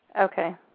Okay